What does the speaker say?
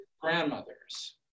grandmothers